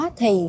thì